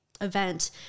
event